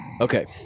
okay